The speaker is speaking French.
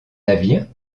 navires